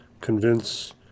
convince